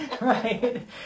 right